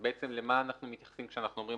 אז למה אנחנו מתייחסים כשאנחנו אומרים